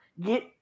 get